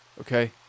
Okay